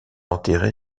enterré